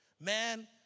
Man